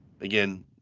Again